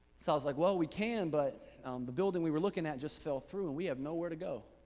so i was like well, we can but the building we were looking at just fell through, we have nowhere to go.